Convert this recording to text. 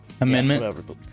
Amendment